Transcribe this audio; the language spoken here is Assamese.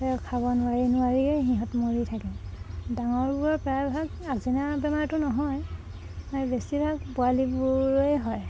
খাব নোৱাৰি নোৱাৰিয়ে সিহঁত মৰি থাকে ডাঙৰবোৰৰ প্ৰায়ভাগ আচিনা বেমাৰটো নহয় বেছিভাগ পোৱালিবোৰৰেই হয়